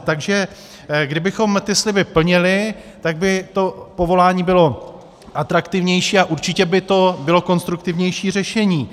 Takže kdybychom ty sliby plnili, tak by to povolání bylo atraktivnější a určitě by to bylo konstruktivnější řešení.